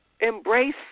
embrace